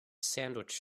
sandwich